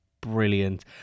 brilliant